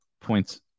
points